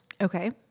Okay